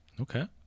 Okay